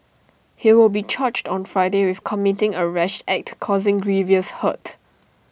he will be charged on Friday with committing A rash act causing grievous hurt